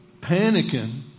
panicking